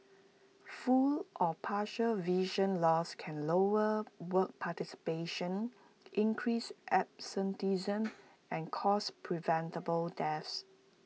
full or partial vision loss can lower work participation increase absenteeism and cause preventable deaths